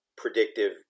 predictive